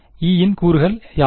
E இன் கூறுகள் யாவை